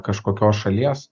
kažkokios šalies